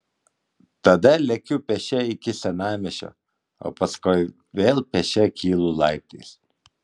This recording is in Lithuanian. tada lekiu pėsčia iki senamiesčio o paskui vėl pėsčia kylu laiptais